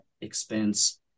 expense